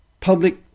public